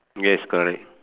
yes correct